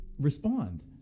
respond